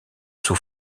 sous